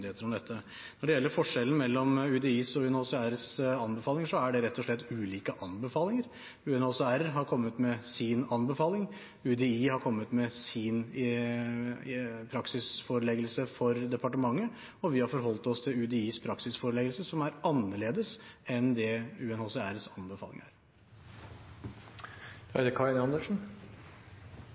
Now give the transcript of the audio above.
om dette. Når det gjelder forskjellen mellom UDIs og UNHCRs anbefaling, er det rett og slett ulike anbefalinger. UNHCR har kommet med sin anbefaling. UDI har kommet med sin praksisforeleggelse for departementet. Og vi har forholdt oss til UDIs praksisforeleggelse, som er annerledes enn det UNHCRs